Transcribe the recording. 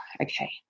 okay